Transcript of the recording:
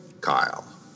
Kyle